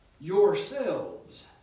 yourselves